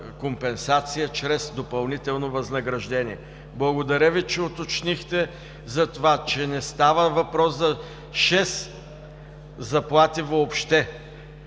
компенсация чрез допълнително възнаграждение. Благодаря Ви, че уточнихте, че не става въпрос за шест заплати въобще,